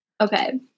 Okay